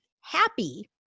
Happy